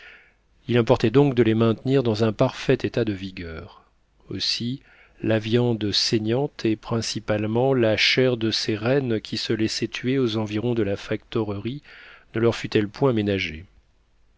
il importait donc de les maintenir dans un parfait état de vigueur aussi la viande saignante et principalement la chair de ces rennes qui se laissaient tuer aux environs de la factorerie ne leur fut-elle point ménagée